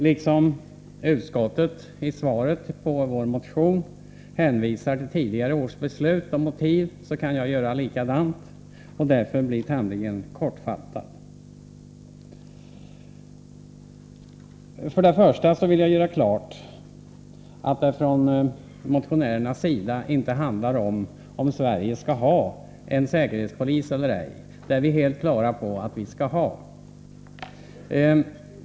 Liksom utskottet i svaret på vår motion hänvisar till tidigare års beslut angående motiv, kan jag göra samma sak. Därmed kan jag bli tämligen kortfattad. Först och främst vill jag klargöra att det från motionärernas sida inte handlar om ifall Sverige skall ha en säkerhetspolis eller ej. Vi är helt klara över att vi skall ha det.